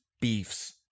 beefs